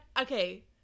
okay